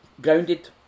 grounded